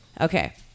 Okay